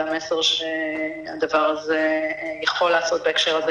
המסר שהדבר הזה יכול לעשות בהקשר הזה,